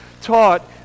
taught